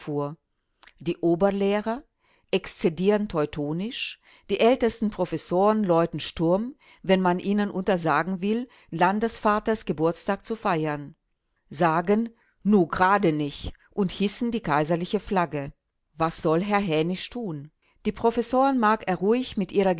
die oberlehrer exzedieren teutonisch die ältesten professoren läuten sturm wenn man ihnen untersagen will landesvaters geburtstag zu feiern sagen nu gerade nich und hissen die kaiserliche flagge was soll herr hänisch tun die professoren mag er ruhig mit ihrer